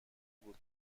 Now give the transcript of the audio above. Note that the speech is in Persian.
بود